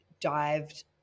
dived